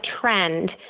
trend